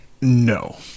No